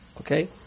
Okay